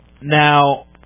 Now